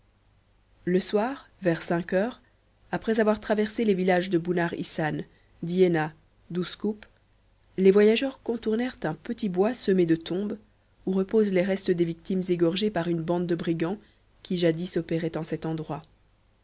le soir vers cinq heures après avoir traversé les villages de bounar hissan d'iéna d'uskup les voyageurs contournèrent un petit bois semé de tombes où reposent les restes des victimes égorgées par une bande de brigands qui jadis opéraient en cet endroit